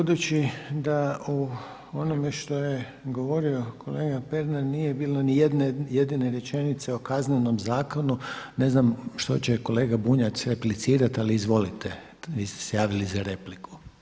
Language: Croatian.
Budući da u onome što je govorio kolega Pernar nije bilo ni jedne jedine rečenice o Kaznenom zakonu, ne znam što će kolega Bunjac replicirati ali izvolite, vi ste se javili za repliku.